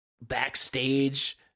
backstage